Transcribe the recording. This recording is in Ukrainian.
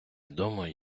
відомо